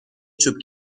چوب